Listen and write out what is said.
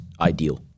ideal